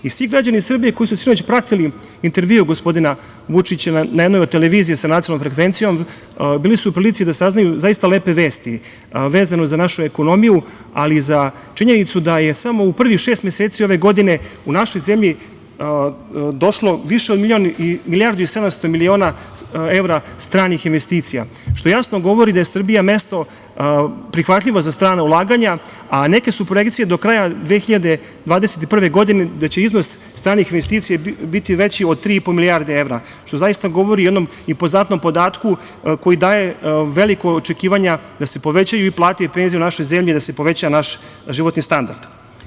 Svi građani Srbije koji su sinoć pratili intervju gospodina Vučića na jednoj od televizija sa nacionalnom frekvencijom bili su u prilici da saznaju zaista lepe vesti vezano za našu ekonomiju, ali i za činjenicu da je samo u prvih šest meseci ove godine u našu zemlju došlo više od milijardu i sedamsto miliona evra stranih investicija, što jasno govori da je Srbija mesto prihvatljivo za strana ulaganja, a neke su projekcije do kraja 2021. godine da će iznos stranih investicija biti veći od 3,5 milijarde evra, što zaista govori o jednom impozantnom podatku koji daje velika očekivanja da se povećaju i plate i penzije u našoj zemlji i da se poveća naš životni standard.